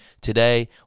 Today